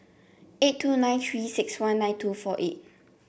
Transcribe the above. eight two nine Three six one nine two four eight